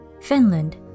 Finland